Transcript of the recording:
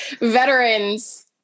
veterans